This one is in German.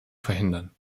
verhindern